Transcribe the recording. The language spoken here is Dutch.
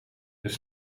dus